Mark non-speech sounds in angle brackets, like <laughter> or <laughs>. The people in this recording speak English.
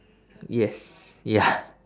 yes ya <laughs>